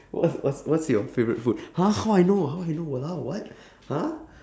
what's what's what's your favourite food !huh! how I know how I know !walao! what !huh!